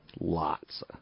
Lots